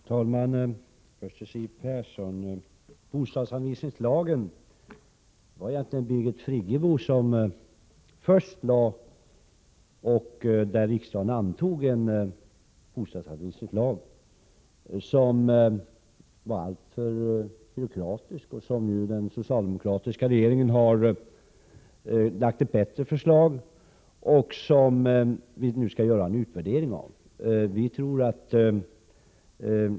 Herr talman! Jag vill först ta upp Siw Perssons inlägg. Det var egentligen Birgit Friggebo som lade fram förslaget om bostadsanvisningslag, och riksdagen antog en sådan lag som var alltför byråkratisk. Den socialdemokratiska regeringen har nu lagt fram ett bättre förslag, och det skall göras en utvärdering.